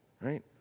right